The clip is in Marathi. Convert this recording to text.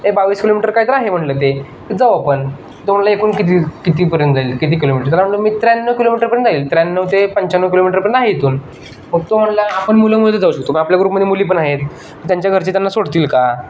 ते बावीस किलोमीटर काही तरी आहे म्हणलं ते जाऊ आपण तो म्हणाला एकून किती कितीपर्यंत जाईल किती किलोमीटर त्याला म्हणलं मी त्र्याण्णव किलोमीटरपर्यंत जाईल त्र्याण्णव ते पंच्याण्णव किलोमीटरपर्यंत आहे इथून मग तो म्हणला आपण मुलंमुलं जाऊ शकतो आपल्या ग्रुपमध्ये मुली पण आहेत त्यांच्या घरचे त्यांना सोडतील का